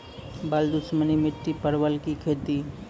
बल दुश्मनी मिट्टी परवल की खेती?